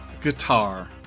guitar